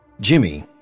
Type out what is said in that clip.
Jimmy